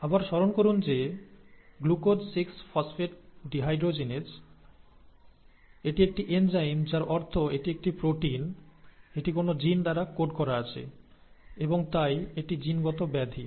আবার স্মরণ করুন যে 'গ্লুকোজ 6 ফসফেট ডিহাইড্রোজেনেস' এটি একটি এনজাইম যার অর্থ এটি একটি প্রোটিন এটি কোনও জিন দ্বারা কোড করা আছে এবং তাই এটি জিনগত ব্যাধি